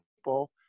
people